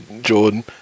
Jordan